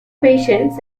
patients